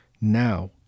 Now